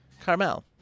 Carmel